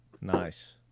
Nice